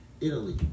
Italy